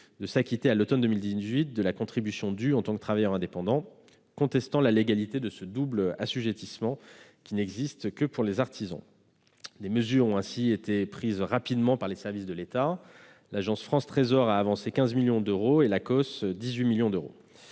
de s'acquitter, à l'automne 2018, de la contribution due en tant que travailleur indépendant, contestant la légalité de ce double assujettissement qui n'existe que pour les artisans. Des mesures ont été prises rapidement par les services de l'État : l'Agence France Trésor a avancé 15 millions d'euros et l'Agence centrale des